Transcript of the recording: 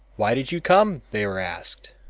why did you come! they were asked.